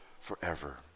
forever